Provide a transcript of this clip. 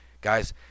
guys